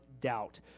doubt